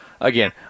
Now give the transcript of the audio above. Again